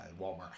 Walmart